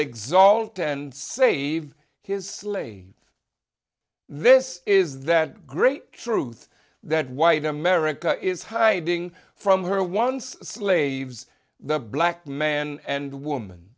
exalt and save his sleigh this is that great truth that white america is hiding from her once slaves the black man and woman